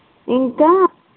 ఇంకా